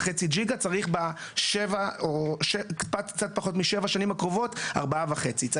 וצריך בשבע או קצת פחות מבשבע השנים הקרובות עוד ארבעה וחצי,